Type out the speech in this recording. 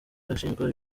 ashinjwa